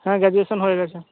হ্যাঁ গ্র্যাজুয়েশান হয়ে গেছে